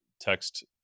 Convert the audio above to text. text